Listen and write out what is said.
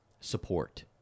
support